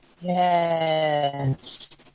yes